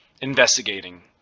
investigating